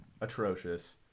atrocious